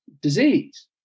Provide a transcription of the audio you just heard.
disease